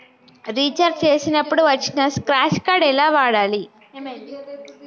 Recharge చేసినప్పుడు వచ్చిన scratch card ఎలా వాడాలి?